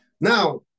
Now